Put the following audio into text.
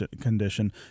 condition